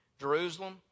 Jerusalem